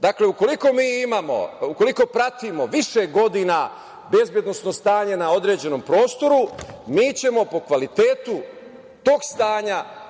imamo, ukoliko pratimo više godina bezbednosno stanje na određenom prostoru, mi ćemo po kvalitetu tog stanja,